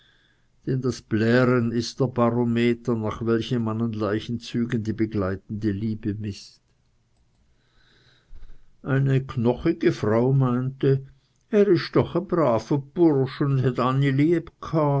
denn das plären ist das barometer nach welchem man an leichenzügen die begleitende liebe mißt eine knochigte frau meinte er isch doch e brave bursch